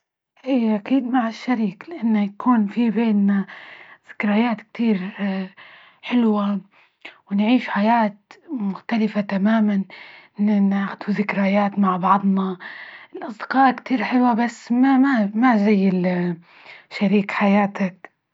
هي أكيد مع الشريك لأنه يكون في بينا ذكريات كثير حلوة، ونعيش حياة مختلفة تماما. إن ناخدوا ذكريات مع بعضنا، الأصدقاء كثير حلوة، بس ما- ما، زى شريك حياتك.